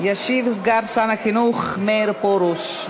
ישיב סגן שר החינוך מאיר פרוש.